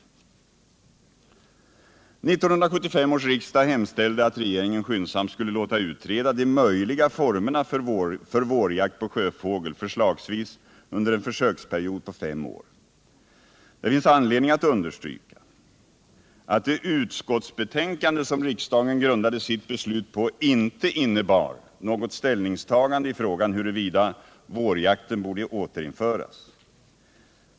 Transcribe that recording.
1975 års riksdag hemställde att regeringen skyndsamt skulle låta utreda de möjliga formerna för vårjakt på sjöfågel, förslagsvis under en försöksperiod på 5 år. Det finns anledning att understryka att det utskottsbetänkande som riksdagen grundade sitt beslut på inte innebar något ställningstagande i frågan huruvida vårjakten borde återinföras.